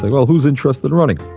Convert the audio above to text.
like well, who's interested in running?